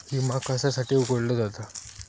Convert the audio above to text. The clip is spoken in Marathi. विमा कशासाठी उघडलो जाता?